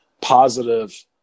positive